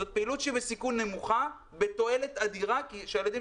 זו פעילות בסיכון נמוכה ובתועלת אדירה כי כשהילדים